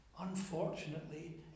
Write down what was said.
unfortunately